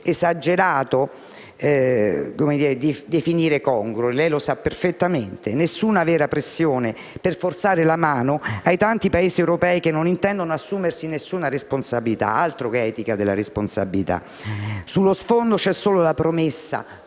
esagerato definire congruo. Lei lo sa perfettamente, signor Ministro: non c'è nessuna vera pressione per forzare la mano ai tanti Paesi europei, che non intendono assumersi alcuna responsabilità. Altro che etica della responsabilità! Sullo sfondo c'è solo la promessa,